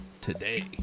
today